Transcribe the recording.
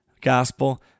gospel